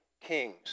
kings